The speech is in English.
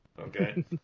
Okay